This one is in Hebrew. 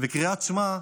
וקריאת שמע,